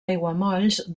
aiguamolls